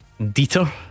Dieter